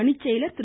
தனிச்செயலர் திரு